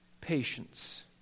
patience